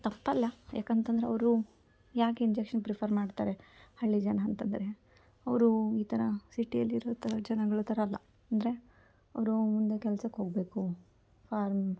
ತಪ್ಪಲ್ಲ ಏಕಂತಂದ್ರೆ ಅವರು ಯಾಕೆ ಇಂಜೆಕ್ಷನ್ ಪ್ರಿಫರ್ ಮಾಡ್ತಾರೆ ಹಳ್ಳಿ ಜನ ಅಂತಂದರೆ ಅವರು ಈ ಥರ ಸಿಟಿಯಲ್ಲಿರೋ ಥರ ಜನಗಳ ಥರ ಅಲ್ಲ ಅಂದರೆ ಅವರು ಮುಂದೆ ಕೆಲ್ಸಕ್ಕೆ ಹೋಗಬೇಕು ಫಾರ್ಮ್